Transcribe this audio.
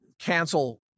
cancel